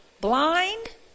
blind